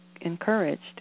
encouraged